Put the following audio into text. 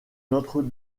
notre